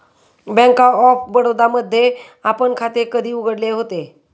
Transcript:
Bank of Baroda मध्ये आपण खाते कधी उघडले होते?